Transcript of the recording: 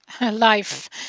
life